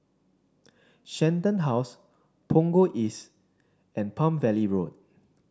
Shenton House Punggol East and Palm Valley Road